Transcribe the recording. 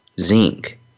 zinc